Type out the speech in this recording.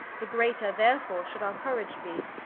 the greater therefore should our courage be.